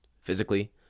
physically